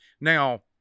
Now